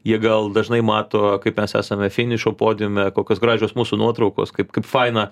jie gal dažnai mato kaip mes esame finišo podiume kokios gražios mūsų nuotraukos kaip kaip faina